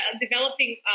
developing